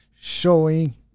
showing